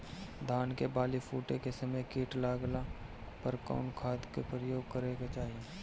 धान के बाली फूटे के समय कीट लागला पर कउन खाद क प्रयोग करे के चाही?